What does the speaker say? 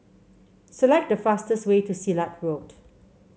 select the fastest way to Silat Road